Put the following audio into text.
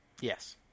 Yes